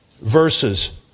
verses